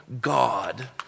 God